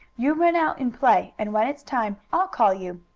you run out and play, and when it's time, i'll call you.